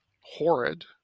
horrid